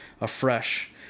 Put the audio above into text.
afresh